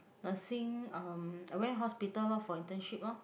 nursing um I went hospital loh for internship loh